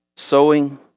sowing